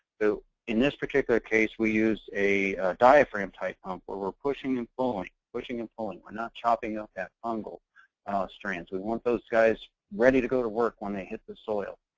in this particular case, we use a diaphragm type pump, where we're pushing and pulling. pushing and pulling, we're not chopping up that fungal strands. we want those guys ready to go to work when they hit the soil.